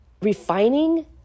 refining